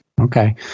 Okay